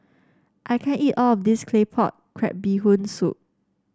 I can't eat all of this Claypot Crab Bee Hoon Soup